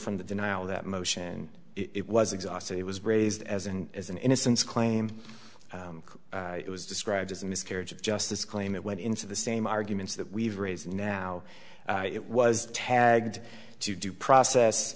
from the denial of that motion it was exhausted it was raised as and as an innocence claim it was described as a miscarriage of justice claim it went into the same arguments that we've raised now it was tagged to due process